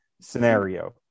scenario